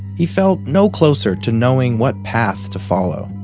he felt no closer to knowing what path to follow.